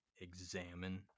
examine